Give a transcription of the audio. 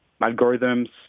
algorithms